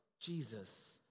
jesus